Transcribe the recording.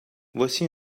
voici